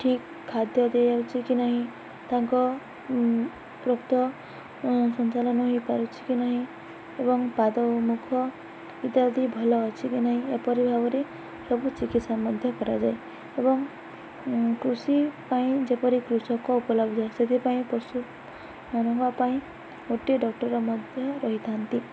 ଠିକ୍ ଖାଦ୍ୟ ଦିଆଯାଉଛି କି ନାହିଁ ତାଙ୍କ ରକ୍ତ ସଞ୍ଚାଳନ ହୋଇପାରୁଛି କି ନାହିଁ ଏବଂ ପାଦ ଓ ମୁଖ ଇତ୍ୟାଦି ଭଲ ଅଛି କି ନାହିଁ ଏପରି ଭାବରେ ସବୁ ଚିକିତ୍ସା ମଧ୍ୟ କରାଯାଏ ଏବଂ କୃଷି ପାଇଁ ଯେପରି କୃଷକ ଉପଲବ୍ଧ ସେଥିପାଇଁ ପଶୁମାନଙ୍କ ପାଇଁ ଗୋଟିଏ ଡକ୍ଟର ମଧ୍ୟ ରହିଥାନ୍ତି